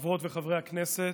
חברות וחברי הכנסת,